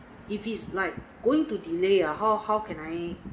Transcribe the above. if it's like going to delay ah how how can I